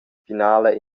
finala